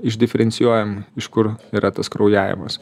išdiferencijuojam iš kur yra tas kraujavimas